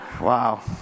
Wow